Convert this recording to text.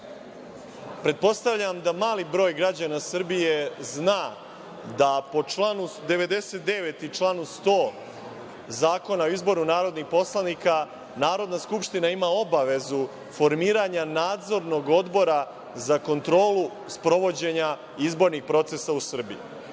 pretpostavljam da mali broj građana Srbije zna da po članu 99. i članu 100. Zakona o izboru narodnih poslanika Narodna skupština ima obavezu formiranja nadzornog odbora za kontrolu sprovođenja izbornih procesa u